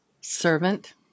Servant